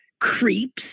creeps